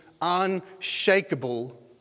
unshakable